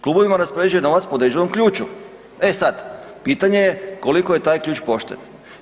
Klubovima raspoređuje novac po određenom ključu, e sad pitanje je koliko je taj ključ pošten.